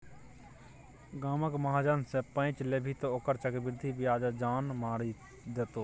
गामक महाजन सँ पैंच लेभी तँ ओकर चक्रवृद्धि ब्याजे जान मारि देतौ